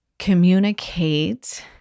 communicate